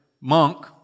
monk